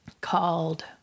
called